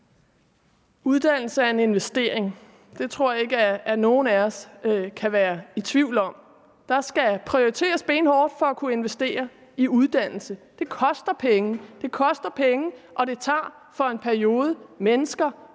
Uddannelse er en investering. Det tror jeg ikke at nogen af os kan være i tvivl om. Der skal prioriteres benhårdt for at kunne investere i uddannelse. Det koster penge. Det koster penge, og det tager for en periode mennesker